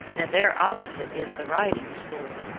and there opposite is the riding-school.